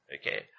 Okay